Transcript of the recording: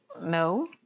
no